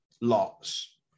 Lots